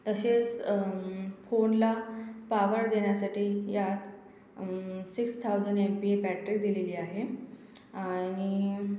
तसेच फोनला पावर देण्यासाठी यात six thousand M P battery दिलेली आहे आणि